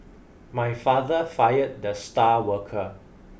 my father fired the star worker